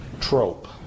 Trope